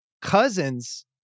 cousins